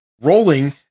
rolling